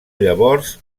llavors